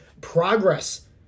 progress